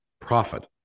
Profit